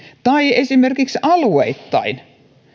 tai esimerkiksi alueittain